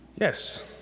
Yes